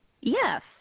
Yes